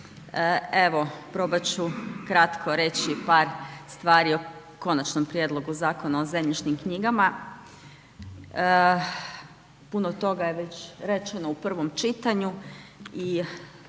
Evo, probati ću kratko reći par stvari o Konačnom prijedlogu Zakona o zemljišnim knjigama. Puno toga je već rečeno u prvom čitanju i